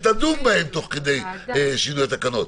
כשתדון בהן תוך כדי שינוי התקנות.